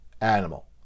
animal